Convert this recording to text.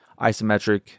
isometric